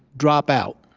drop out.